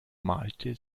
malte